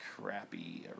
crappy